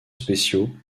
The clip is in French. spéciaux